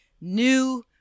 new